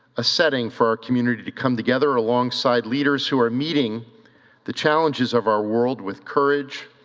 a setting for our community to come together alongside leaders who are meeting the challenges of our world with courage,